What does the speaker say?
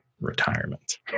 retirement